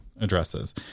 addresses